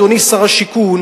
אדוני שר השיכון,